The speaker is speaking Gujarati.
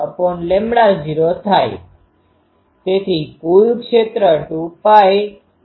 તેથી કુલ ક્ષેત્ર 2π૦d છે